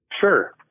Sure